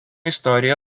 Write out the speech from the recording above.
istorija